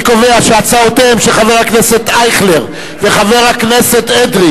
אני קובע שהצעותיהם של חבר הכנסת אייכלר וחבר הכנסת אדרי